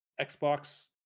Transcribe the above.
Xbox